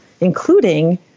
including